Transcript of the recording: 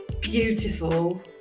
beautiful